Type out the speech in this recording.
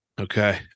Okay